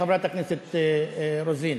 חברת הכנסת רוזין.